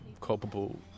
culpable